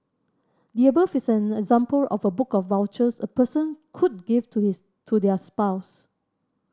the above is an example of a book of vouchers a person could give to his to their spouse